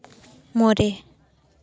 ᱢᱚᱬᱮ